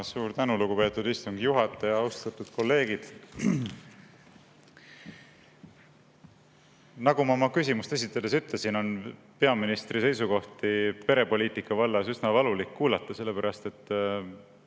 Suur tänu, lugupeetud istungi juhataja! Austatud kolleegid! Nagu ma oma küsimust esitades ütlesin, on peaministri seisukohti perepoliitika vallas üsna valulik kuulata, sest praktiliselt